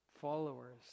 followers